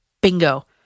Bingo